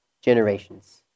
generations